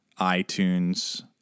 iTunes